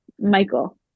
Michael